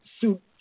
suit